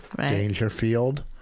Dangerfield